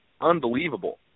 unbelievable